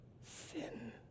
sin